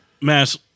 Mass